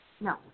No